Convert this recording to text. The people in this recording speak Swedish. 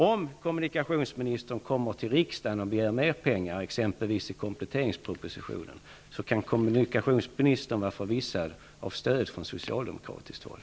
Om kommunikationsministern kommer tilll riksdagen och begär mer pengar, exempelvis i kompletteringspropositionen, kan kommunikationsministern vara förvissad om stöd från socialdemokratiskt håll.